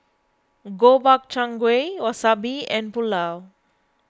Gobchang Gui Wasabi and Pulao